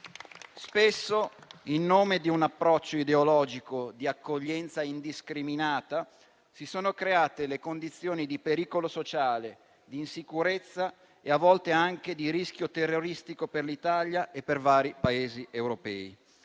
Spesso, in nome di un approccio ideologico di accoglienza indiscriminata, si sono create le condizioni di pericolo sociale, di insicurezza e, a volte, anche di rischio terroristico per l'Italia e i vari Paesi europei;